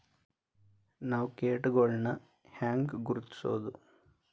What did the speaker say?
ನಾವ್ ಕೇಟಗೊಳ್ನ ಹ್ಯಾಂಗ್ ಗುರುತಿಸೋದು?